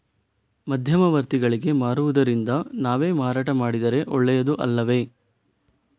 ಮಧ್ಯವರ್ತಿಗಳಿಗೆ ಮಾರುವುದಿಂದ ನಾವೇ ಮಾರಾಟ ಮಾಡಿದರೆ ಒಳ್ಳೆಯದು ಅಲ್ಲವೇ?